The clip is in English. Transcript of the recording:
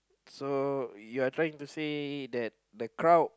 so you are trying to say that the crowd